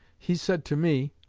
he said to me,